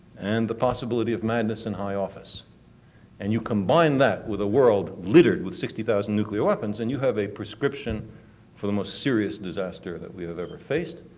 and the possibility of madness in high office and you combine that with a world littered with sixty thousand nuclear weapons, then and you have a prescription for the most serious disaster that we have ever faced.